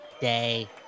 day